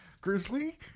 Grizzly